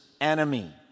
enemy